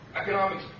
Economics